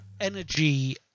energy